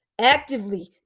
actively